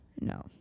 No